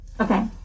Okay